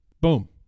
Boom